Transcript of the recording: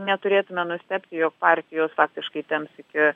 neturėtume nustebti jog partijos faktiškai temps iki